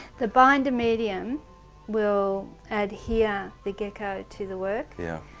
the binder medium we'll add here, the gecko, to the work yeah.